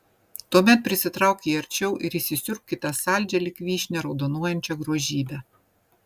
tuomet prisitrauk jį arčiau ir įsisiurbk į tą saldžią lyg vyšnia raudonuojančią grožybę